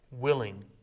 willing